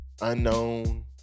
unknown